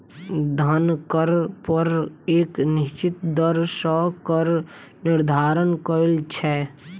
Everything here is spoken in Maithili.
धन कर पर एक निश्चित दर सॅ कर निर्धारण कयल छै